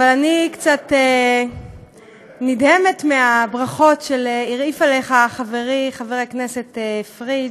אני קצת נדהמת מהברכות שהרעיף עליך חברי חבר הכנסת פריג',